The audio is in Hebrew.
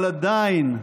אבל עדיין,